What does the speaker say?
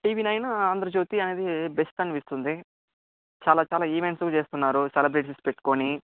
TV nine Andhra Jyothi అనేది best అనిపిస్తుంది చాలా చాలా ఈవెంట్స్ కూడా చేస్తున్నారు సెలబ్రిటీస్ పెట్టుకొని